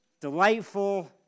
delightful